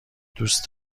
دوست